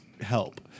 help